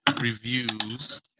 reviews